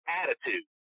attitude